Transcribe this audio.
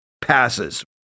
passes